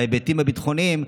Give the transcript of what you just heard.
בהיבטים הביטחוניים,